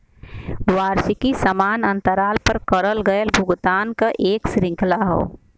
वार्षिकी समान अंतराल पर करल गयल भुगतान क एक श्रृंखला हौ